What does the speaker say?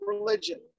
religion